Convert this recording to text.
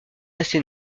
assez